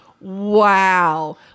Wow